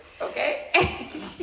Okay